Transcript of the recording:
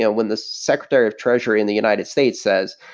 yeah when the secretary of treasury in the united states says,